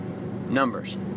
numbers